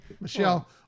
michelle